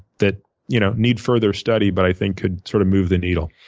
that you know need further study but i think could sort of move the needle.